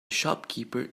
shopkeeper